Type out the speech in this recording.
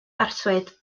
arswyd